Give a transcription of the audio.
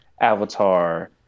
avatar